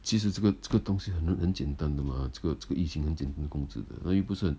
其实这个这个东西很很简单的吗这个这个疫情很简单控制的它又不是